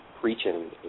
preaching